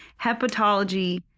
hepatology